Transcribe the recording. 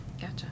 Gotcha